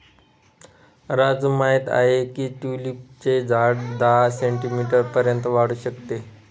राजू माहित आहे की ट्यूलिपचे झाड दहा सेंटीमीटर पर्यंत वाढू शकते